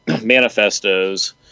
manifestos